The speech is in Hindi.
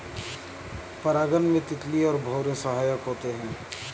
परागण में तितली और भौरे सहायक होते है